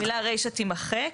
המילה רישה תימחק,